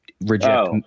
reject